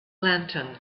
lantern